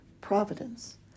providence